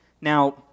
Now